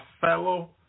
fellow